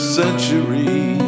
century